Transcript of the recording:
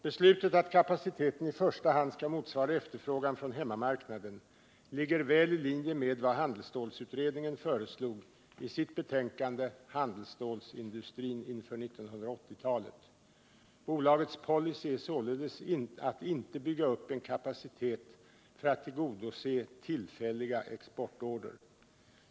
Beslutet att kapaciteten i första hand skall motsvara efterfrågan från hemmamarknaden ligger väl i linje med vad handelsstålsutredningen föreslog i sitt betänkande Handelsstålsindustrin inför 1980-talet. Bolagets policy är således att inte bygga upp en kapacitet för att tillgodose tillfälliga exportorder.